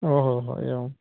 ओ हो हो एवं